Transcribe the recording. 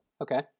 okay